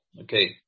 Okay